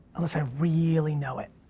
unless i really know it,